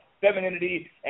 femininity